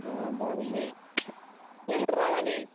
ఆ బాగుంది నేను కూడా రావాలి